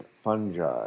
Fungi